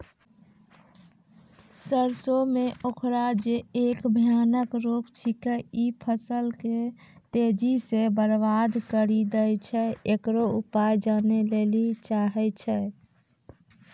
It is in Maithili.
सरसों मे उखरा जे एक भयानक रोग छिकै, इ फसल के तेजी से बर्बाद करि दैय छैय, इकरो उपाय जाने लेली चाहेय छैय?